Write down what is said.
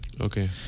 Okay